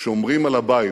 שומרים על הבית.